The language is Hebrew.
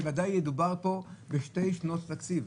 שוודאי ידובר פה בשתי שנות תקציב.